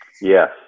Yes